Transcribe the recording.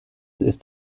ist